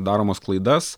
daromas klaidas